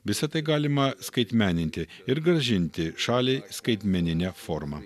visa tai galima skaitmeninti ir grąžinti šaliai skaitmenine forma